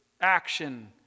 action